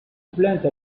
plainte